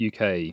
UK